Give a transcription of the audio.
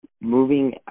moving